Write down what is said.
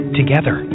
together